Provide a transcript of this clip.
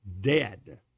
Dead